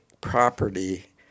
property